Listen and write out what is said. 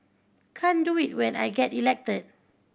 can't do it when I get elected